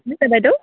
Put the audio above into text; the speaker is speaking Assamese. শুনিছে বাইদেউ